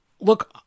look